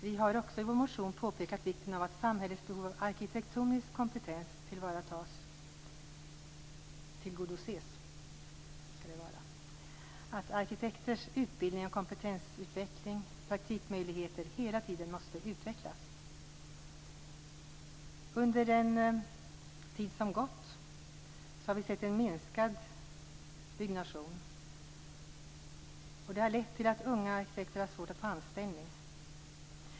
Vi har i vår motion påpekat vikten av att samhällets behov av arkitektonisk kompetens tillgodoses och att arkitekters utbildning, kompetensutveckling och praktikmöjligheter hela tiden måste utvecklas. Under den tid som gått har vi sett en minskad byggnation. Det har lett till att unga arkitekter har svårt att få anställning.